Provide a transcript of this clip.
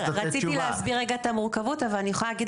רציתי להסביר את המורכבות אבל אני יכולה להגיד